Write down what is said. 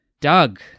Doug